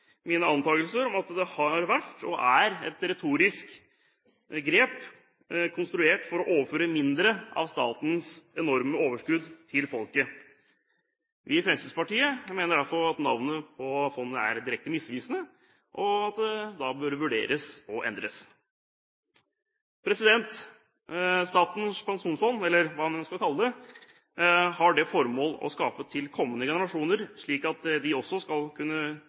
mine antakelser om at det har vært og er et retorisk grep konstruert for å overføre mindre av statens enorme overskudd til folket. Vi i Fremskrittspartiet mener derfor at navnet på fondet er direkte misvisende, og at en da bør vurdere å endre det. Statens pensjonsfond – eller hva man enn skal kalle det – har som formål å spare til kommende generasjoner slik at de også skal kunne